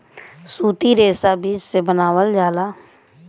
सूती रेशा बीज से बनावल जाला